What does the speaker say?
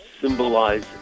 symbolize